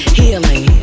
healing